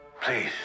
Please